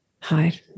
Hi